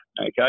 okay